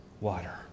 water